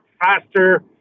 faster